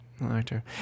actor